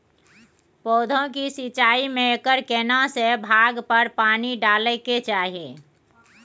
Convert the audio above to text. पौधों की सिंचाई में एकर केना से भाग पर पानी डालय के चाही?